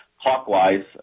clockwise